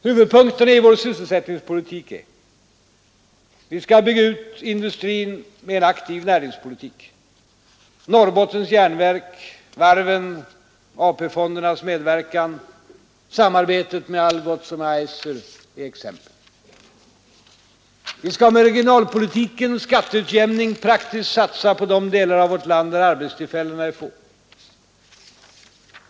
Huvudpunkterna i vår sysselsättningspolitik är: Vi skall bygga ut industrin med en aktiv näringspolitik. Norrbottens Järnverk, varven, AP-fondernas medverkan, samarbetet med Algots och Eiser är exempel. Vi skall med regionalpolitiken, skatteutjämning, praktiskt satsa på de delar av vårt land där arbetstillfällena är få.